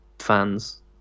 fans